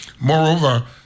Moreover